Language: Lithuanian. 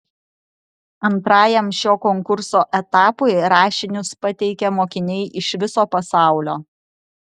antrajam šio konkurso etapui rašinius pateikia mokiniai iš viso pasaulio